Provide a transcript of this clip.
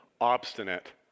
obstinate